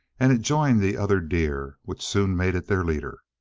and it joined the other deer, which soon made it their leader.